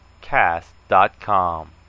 cast.com